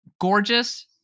Gorgeous